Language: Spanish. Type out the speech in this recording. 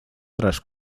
tras